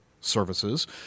services